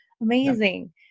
amazing